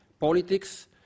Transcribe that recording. politics